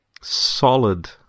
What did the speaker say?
solid